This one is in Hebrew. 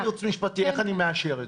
אני רוצה ייעוץ משפטי, איך אני מאשר את זה?